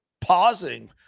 pausing